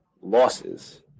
losses